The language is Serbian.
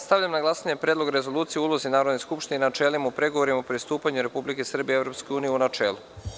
Stavljam na glasanje Predlog rezolucije o ulozi Narodne skupštine i načelima u pregovorima o pristupanju Republike Srbije Evropskoj uniji, u načelu.